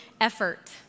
effort